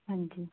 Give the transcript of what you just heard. ਹਾਂਜੀ